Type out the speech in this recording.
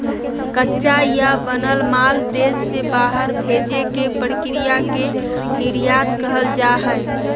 कच्चा या बनल माल देश से बाहर भेजे के प्रक्रिया के निर्यात कहल जा हय